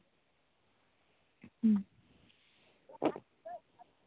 ᱦᱩᱸ